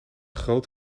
groot